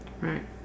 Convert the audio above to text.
right